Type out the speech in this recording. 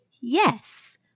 Yes